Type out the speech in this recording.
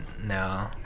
no